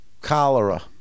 cholera